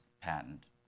patent